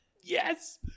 Yes